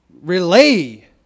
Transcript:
relay